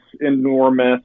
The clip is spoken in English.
enormous